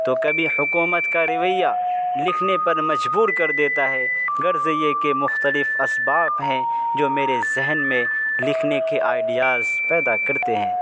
تو کبھی حکومت کا رویہ لکھنے پر مجبور کر دیتا ہے غرض یہ کہ مختلف اسباب ہیں جو میرے ذہن میں لکھنے کے آئیڈیاز پیدا کرتے ہیں